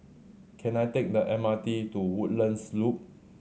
can I take the M R T to Woodlands Loop